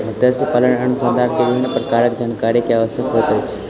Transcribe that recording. मत्स्य पालन अनुसंधान मे विभिन्न प्रकारक जानकारी के आवश्यकता होइत अछि